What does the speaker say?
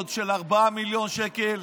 עוד של 4 מיליון שקל?